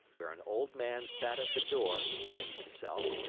where an old man sat at the door sunning himself,